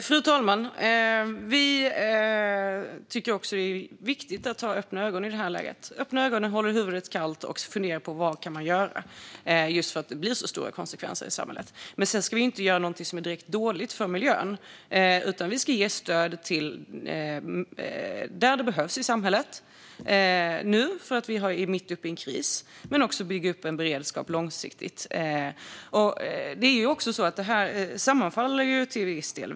Fru talman! Vi tycker också att det är viktigt att ha öppna ögon i detta läge. Man ska ha öppna ögon, hålla huvudet kallt och fundera på vad man kan göra, just för att det blir så stora konsekvenser i samhället. Men sedan ska vi inte göra något som är direkt dåligt för miljön. Vi ska ge stöd där det behövs i samhället, nu för att vi är mitt uppe i en kris. Men vi ska också bygga upp en beredskap långsiktigt. Detta sammanfaller till viss del.